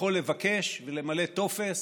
הוא יכול לבקש ולמלא טופס